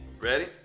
Ready